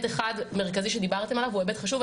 אחד מרכזי שדיברתם עליו והוא היבט חשוב,